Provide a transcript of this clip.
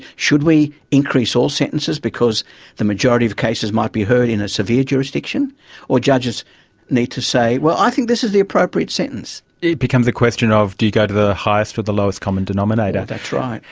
should we increase all sentences because the majority of cases might be heard in a severe jurisdiction or judges need to say, well, i think this is the appropriate sentence. it becomes a question of do you go to the highest or the lowest common denominator. that's right.